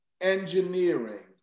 engineering